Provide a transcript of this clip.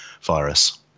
virus